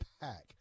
pack